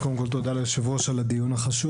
אז קודם כל תודה ליושב ראש על הדיון החשוב,